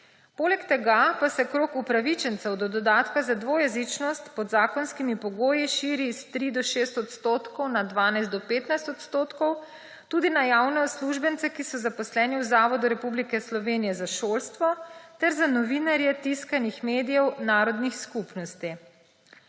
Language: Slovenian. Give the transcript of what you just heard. Poleg tega pa se krog upravičencev do dodatka za dvojezičnost pod zakonskimi pogoji širi s 3 do 6 odstotkov na 12 do 15 odstotkov tudi na javne uslužbence, ki so zaposleni v Zavodu Republike Slovenije za šolstvo, ter za novinarje tiskanih medijev narodnih skupnosti.